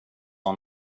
han